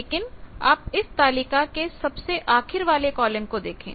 लेकिन आप इस तालिका के सबसे आखिर वाले कॉलम को देखें